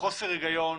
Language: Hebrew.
חוסר היגיון,